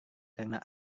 karena